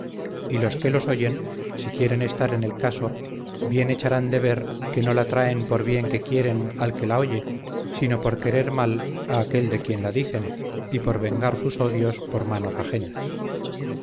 y los que los oyen si quieren estar en el caso bien echarán de ver que no la traen por bien que quieren al que la oye sino por querer mal a aquel de quien la dicen y por vengar sus odios por manos ajenas